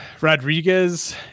Rodriguez